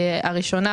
הראשונה,